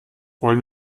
wollen